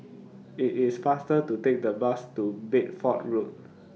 IT IS faster to Take The Bus to Bedford Road